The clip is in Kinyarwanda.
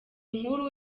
nkuru